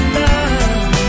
love